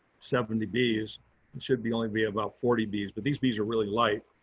seventy bees. it should be only be about forty bees, but these bees are really light.